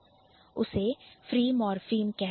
उसे Free Morpheme free morpheme कहते हैं